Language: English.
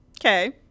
Okay